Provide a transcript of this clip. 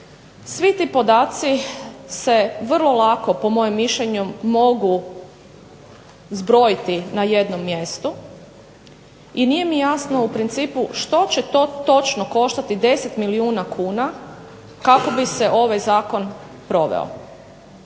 Svi ti podaci se vrlo lako, po mojem mišljenju, mogu zbrojiti na jednom mjestu, i nije mi jasno u principu što će to točno koštati 10 milijuna kuna, kako bi se ovaj zakon proveo.